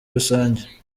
rusange